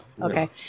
Okay